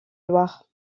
loire